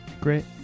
Great